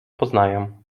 poznają